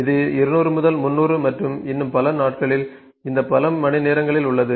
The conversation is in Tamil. இது 200 300 மற்றும் இன்னும் பல நாட்களில் இந்த பல மணிநேரங்களில் உள்ளது